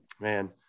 Man